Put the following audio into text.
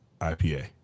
IPA